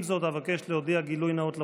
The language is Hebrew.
עם זאת, אבקש להודיע גילוי נאות לפרוטוקול.